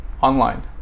Online